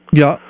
ja